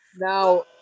Now